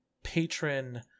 Patron